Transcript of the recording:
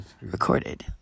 recorded